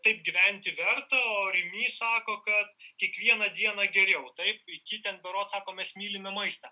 taip gyventi verta o rimi sako kad kiekvieną dieną geriau taip iki ten berods sako mes mylime maistą